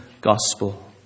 gospel